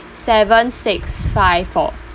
seven six five four